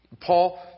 Paul